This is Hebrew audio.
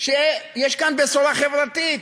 שיש כאן בשורה חברתית,